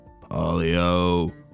polio